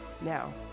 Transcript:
Now